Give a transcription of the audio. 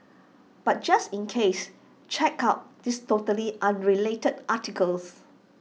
but just in case check out this totally unrelated article